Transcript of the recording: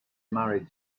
married